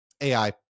AI